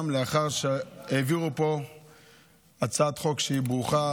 לאחר שהעבירו פה הצעת חוק שהיא ברוכה,